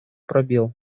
пробел